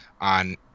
on